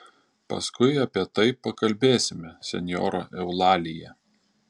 paskui apie tai pakalbėsime senjora eulalija